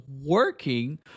working